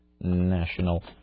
National